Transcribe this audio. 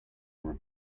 were